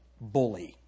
bully